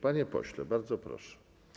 Panie pośle, bardzo proszę.